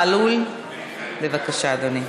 חבר הכנסת זוהיר בהלול, בבקשה, אדוני.